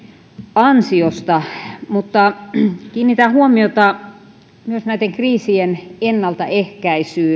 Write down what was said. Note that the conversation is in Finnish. ansiosta mutta kiinnitän huomiota myös näiden kriisien ennaltaehkäisyyn